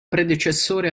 predecessore